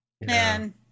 Man